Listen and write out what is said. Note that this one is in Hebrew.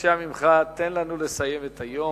בבקשה ממך, תן לנו לסיים את היום.